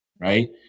Right